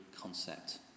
concept